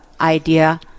idea